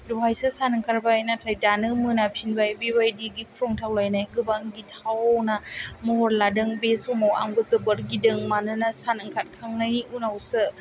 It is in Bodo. दहायसो सान ओंखारबाय नाथाइ दानो मोना फिनबाय बेबायदि गिख्रंथाव लाइनाय गोबां गिथावना महर लादों बे समाव आंबो जोबोर गिदों मानोना सान ओंखार खांनायनि उनावसो